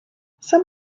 some